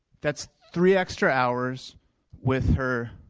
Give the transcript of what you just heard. that's three extra hours with her